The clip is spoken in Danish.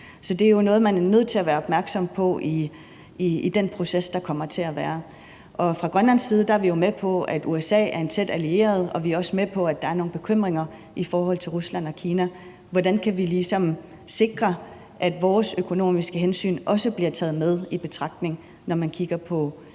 Så det er jo noget, man er nødt til at være opmærksom på i den proces, der kommer til at være. Fra Grønlands side er vi jo med på, at USA er en tæt allieret, og vi er også med på, at der er nogle bekymringer i forhold til Rusland og Kina. Hvordan kan vi ligesom sikre, at de økonomiske hensyn til os også bliver taget med i betragtning, når man kigger på